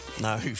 No